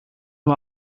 nur